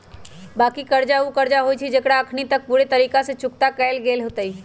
बाँकी कर्जा उ कर्जा होइ छइ जेकरा अखनी तक पूरे तरिका से न चुक्ता कएल गेल होइत